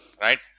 Right